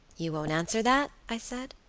you won't answer that? i said.